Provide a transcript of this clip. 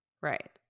Right